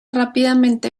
rápidamente